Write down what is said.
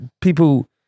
people